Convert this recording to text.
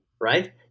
right